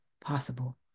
possible